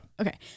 okay